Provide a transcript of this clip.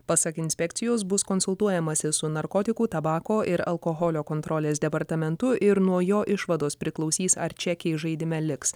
pasak inspekcijos bus konsultuojamasi su narkotikų tabako ir alkoholio kontrolės departamentu ir nuo jo išvados priklausys ar čekiai žaidime liks